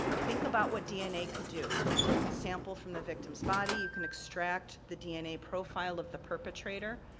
think about what dna could do. you take the sample from the victim's body, you can extract the dna profile of the perpetrator,